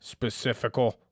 specifical